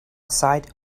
side